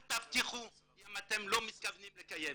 אל תבטיחו אם אתם לא מתכוונים לקיים.